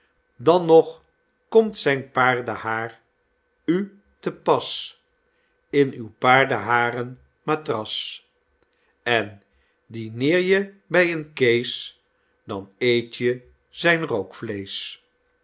dan nog komt zijn paardenhaar u te pas in uw paardenharen matras en dineer je by een kees dan eet je zijn